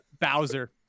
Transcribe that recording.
Bowser